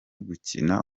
gukina